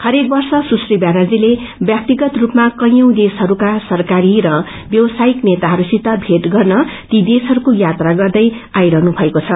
हरेक वर्ष सुश्री ब्यानर्जी ब्यक्तिगत रूपमा कैयौ देशहरूका सरकारी र ब्यावसायिक नेताहरूसंसित भेज गर्न ती देशहरूके यात्रा गर्दै आइरहनु भएको छ